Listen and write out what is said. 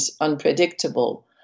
unpredictable